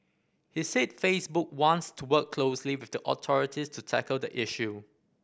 he said Facebook wants to work closely with the authorities to tackle the issue